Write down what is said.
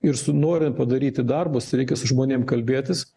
ir su norint padaryti darbus reikia su žmonėm kalbėtis